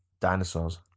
dinosaurs